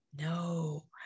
no